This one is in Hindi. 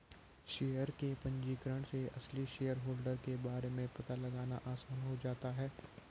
शेयर के पंजीकरण से असली शेयरहोल्डर के बारे में पता लगाना आसान हो जाता है